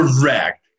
Correct